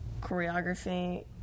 choreography